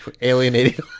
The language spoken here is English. Alienating